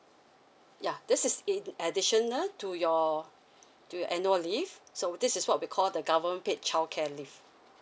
ya this is in additional to your to your annual leave so this is what we call the government paid childcare leave